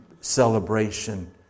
celebration